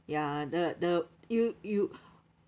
ya the the you you